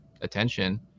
attention